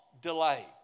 delay